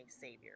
savior